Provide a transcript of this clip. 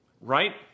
right